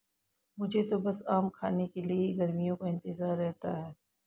मुझे तो बस आम खाने के लिए ही गर्मियों का इंतजार रहता है